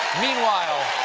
meanwhile!